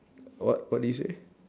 what what did you say